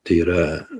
tai yra